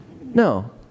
no